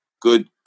good